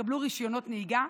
תקבלו רישיונות נהיגה,